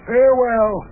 Farewell